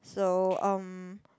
so um